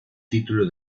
título